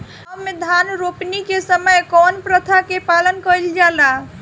गाँव मे धान रोपनी के समय कउन प्रथा के पालन कइल जाला?